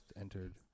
entered